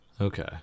Okay